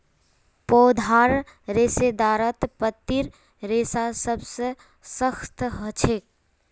पौधार रेशेदारत पत्तीर रेशा सबसे सख्त ह छेक